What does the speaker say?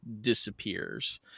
disappears